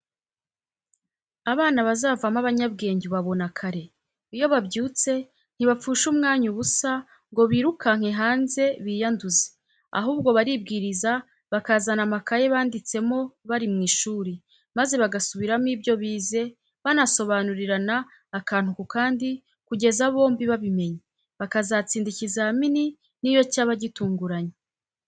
Abana bazavamo abanyabwenge ubabona kare, iyo babyutse ntibapfusha umwanya ubusa ngo birukanke hanze biyanduze, ahubwo baribwiriza bakazana amakaye banditsemo bari mu ishuri, maze bagasubiramo ibyo bize, banasobanurirana akantu ku kandi kugeza bombi babimenye, bakazatsinda ikizamini n'iyo cyaba gitunguranye.